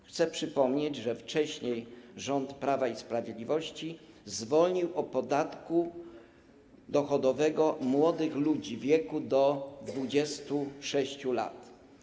Chcę przypomnieć, że wcześniej rząd Prawa i Sprawiedliwości zwolnił od podatku dochodowego młodych ludzi w wieku do 26 lat.